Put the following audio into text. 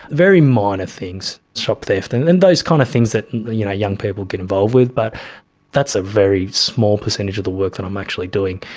very minor things, shop theft and those kind of things that you know young people get involved with, but that's a very small percentage of the work but i'm actually doing.